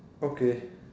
okay